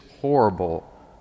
horrible